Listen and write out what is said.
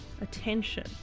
attention